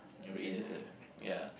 was it Razer ya